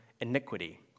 iniquity